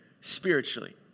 spiritually